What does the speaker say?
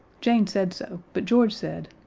jane said so, but george said,